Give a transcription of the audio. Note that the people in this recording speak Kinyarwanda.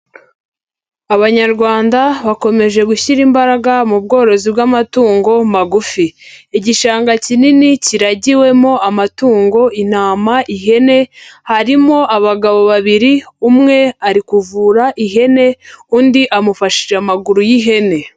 Abanyarwanda bakomeje gushyira imbaraga mu bworozi bw'amatungo magufi. Igishanga kinini kiragiwemo amatungo, intama, ihene, harimo abagabo babiri, umwe ari kuvura ihene, undi amufashije amaguru y'ihene.